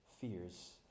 fears